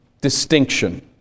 distinction